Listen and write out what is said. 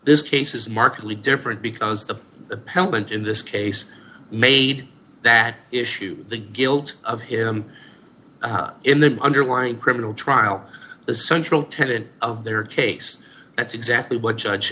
this case is markedly different because the appellant in this case made that issue the guilt of him in the underlying criminal trial the central tenant of their case that's exactly what judge